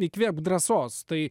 įkvėpk drąsos tai